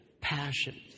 passion